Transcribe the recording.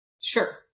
Sure